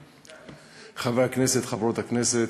חברי הכנסת, חברות הכנסת,